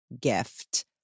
gift